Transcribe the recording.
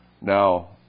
Now